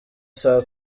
saa